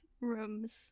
rooms